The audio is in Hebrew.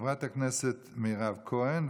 חברת הכנסת מירב כהן,